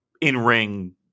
in-ring